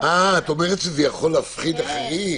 את אומרת שזה יכול להפחיד אחרים.